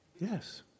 Yes